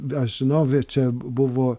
dar senovėje čia buvo